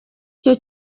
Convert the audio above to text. cyo